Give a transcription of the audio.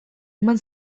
eman